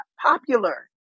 popular